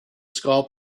skull